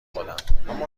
خودم